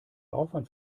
aufwand